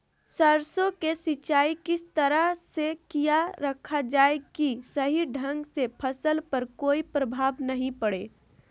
सरसों के सिंचाई किस तरह से किया रखा जाए कि सही ढंग से फसल पर कोई प्रभाव नहीं पड़े?